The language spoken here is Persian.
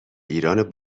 ایران